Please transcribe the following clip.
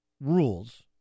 rules